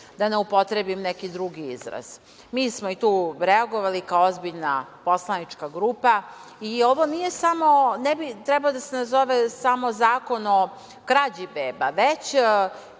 da ne upotrebim neki drugi izraz. Mi smo i tu reagovali, kao ozbiljna poslanička grupa. Ovo ne bi trebalo da se nazove samo zakon o krađi beba, već